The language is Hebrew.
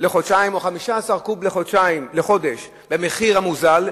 לחודשיים או 15 קוב לחודש במחיר המוזל,